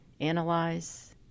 analyze